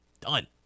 done